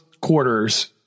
quarters